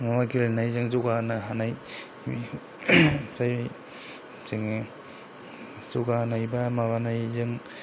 गेलेनायजों जौगाहोनो हानाय ओमफ्राय जोङो जौगाहोनाय एबा माबानायजों